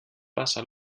passa